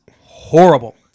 horrible